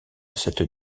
cette